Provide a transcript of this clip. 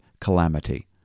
calamity